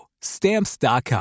Stamps.com